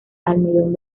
almidón